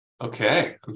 okay